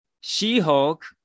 She-Hulk